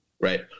right